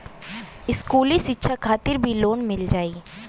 इस्कुली शिक्षा खातिर भी लोन मिल जाई?